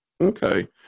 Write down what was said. Okay